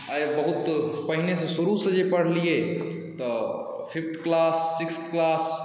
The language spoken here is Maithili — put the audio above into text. आइ बहुत पहिने से शुरुसँ जे पढ़लियै तऽ फिफ्थ क्लास सिक्थ क्लास